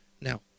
Now